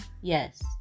Yes